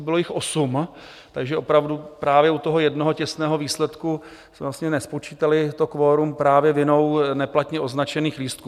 Bylo jich osm, takže opravdu právě u toho jednoho těsného výsledku jsme vlastně nespočítali kvorum právě vinou neplatně označených lístků.